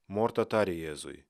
morta tarė jėzui